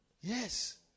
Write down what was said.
Yes